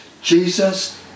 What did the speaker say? Jesus